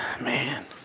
man